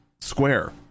Square